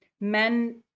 men